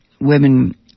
women